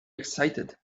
excited